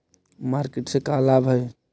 Market से का लाभ है?